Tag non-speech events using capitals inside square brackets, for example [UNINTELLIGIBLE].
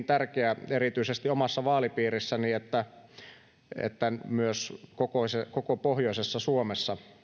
[UNINTELLIGIBLE] tärkeä niin omassa vaalipiirissäni kuin myös koko pohjoisessa suomessa